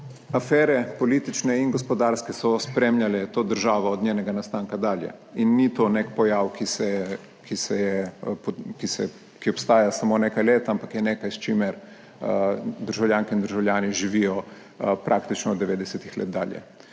Afere, politične in gospodarske so spremljale to državo od njenega nastanka dalje. In ni to nek pojav, ki obstaja samo nekaj let, ampak je nekaj s čimer državljanke in državljani živijo praktično od 90-ih let dalje.